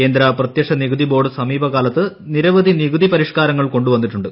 കേന്ദ്ര പ്രത്യക്ഷ നികുതി ബോർഡ് സമീപകാലത്ത് നിരവധി നികുതി പരിഷ്ക്കാരങ്ങൾ കൊണ്ടുവന്നിട്ടുണ്ട്